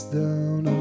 down